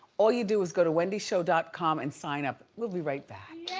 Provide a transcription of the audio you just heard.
all you do is go to wendysshow dot com and sign up. we'll be right back.